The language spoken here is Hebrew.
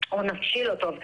או נפשי לא טוב,